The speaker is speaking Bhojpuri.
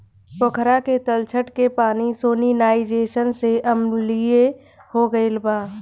पोखरा के तलछट के पानी सैलिनाइज़ेशन से अम्लीय हो गईल बा